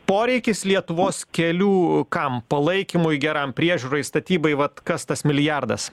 poreikis lietuvos kelių kam palaikymui geram priežiūrai statybai vat kas tas milijardas